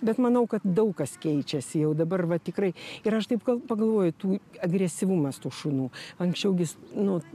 bet manau kad daug kas keičiasi jau dabar va tikrai ir aš taip gal pagalvoju tų agresyvumas tų šunų anksčiau gi jis nu